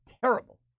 terrible